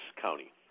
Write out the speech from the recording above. County